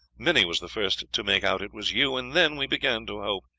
minnie was the first to make out it was you, and then we began to hope.